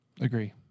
Agree